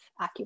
acupuncture